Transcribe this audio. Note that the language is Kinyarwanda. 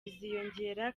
iziyongera